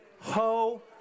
ho